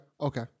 Okay